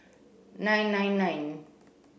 nine nine nine